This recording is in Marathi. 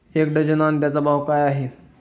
एक डझन अंड्यांचा भाव काय आहे?